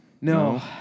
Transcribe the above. No